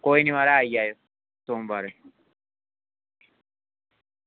कोई निं म्हाराज आई जाएओ सोमबारें